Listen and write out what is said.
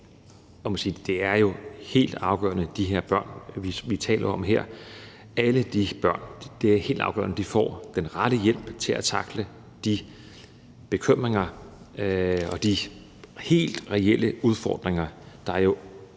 det er helt afgørende for alle de børn, vi taler om her, at de får den rette hjælp til at tackle de helt reelle udfordringer og de